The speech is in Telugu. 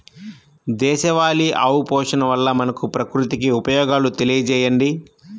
దేశవాళీ ఆవు పోషణ వల్ల మనకు, ప్రకృతికి ఉపయోగాలు తెలియచేయండి?